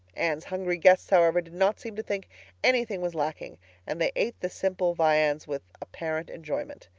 anne's hungry guests, however, did not seem to think anything was lacking and they ate the simple viands with apparent enjoyment.